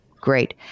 Great